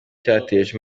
cyateje